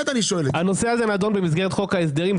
הנושא הזה נדון במסגרת חוק ההסדרים.